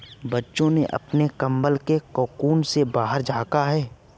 बच्चे ने अपने कंबल के कोकून से बाहर झाँका